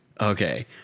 okay